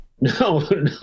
No